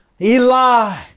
Eli